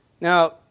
Now